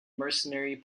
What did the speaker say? mercenary